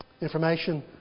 information